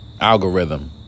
algorithm